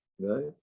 right